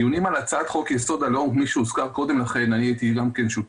11:00) בדיונים על הצעת חוק יסוד: הלאום גם אני הייתי שותף